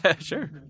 Sure